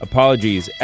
Apologies